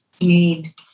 need